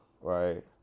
right